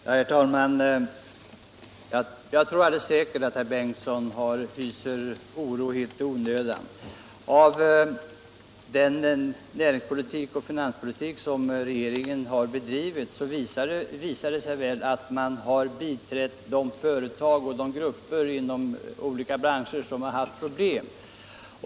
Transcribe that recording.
Herr talman! Jag tror att herr Bengtsson i Landskrona hyser oro helt i onödan. Med den näringspolitik och finanspolitik som bedrivits har regeringen visat att man har biträtt de företag och grupper inom olika branscher som har haft problem.